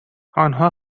آنها